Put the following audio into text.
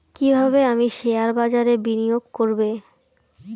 কিভাবে আমি শেয়ারবাজারে বিনিয়োগ করবে?